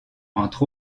entre